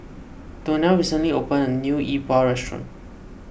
Donell recently opened a new Yi Bua restaurant